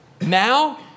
now